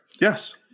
Yes